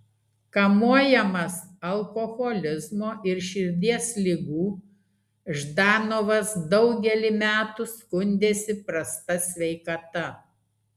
kamuojamas alkoholizmo ir širdies ligų ždanovas daugelį metų skundėsi prasta sveikata